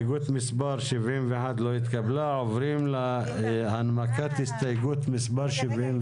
לא התקבלה, עוברים להסתייגות מספר 61,